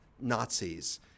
Nazis